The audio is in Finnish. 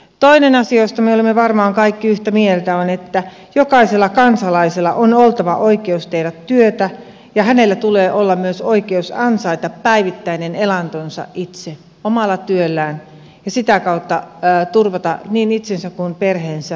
toinen asia josta me olemme varmaan kaikki yhtä mieltä on että jokaisella kansalaisella on oltava oikeus tehdä työtä ja hänellä tulee olla myös oikeus ansaita päivittäinen elantonsa itse omalla työllään ja sitä kautta turvata niin itsensä kuin perheensä päivittäinen arki